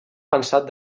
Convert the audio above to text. pensat